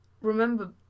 remember